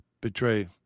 betray